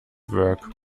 work